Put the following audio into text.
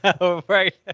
Right